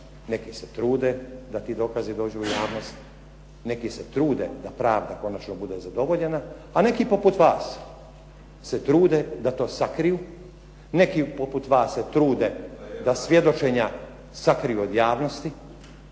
Neki se trude da ti dokazi dođu javnost, neki se trude da pravda konačno bude zadovoljena a neki poput vas se trude da to sakriju, neki poput vas se trude da svjedočenja sakriju od javnosti,